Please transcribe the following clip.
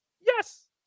Yes